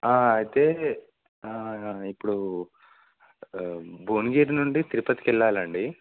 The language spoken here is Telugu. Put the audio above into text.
అయితే ఆ ఇప్పుడూ భువనగిరి నుండీ తిరుపతికి వెళ్ళాలి అండి